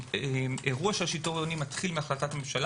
האירוע של השיטור העירוני מתחיל מהחלטת ממשלה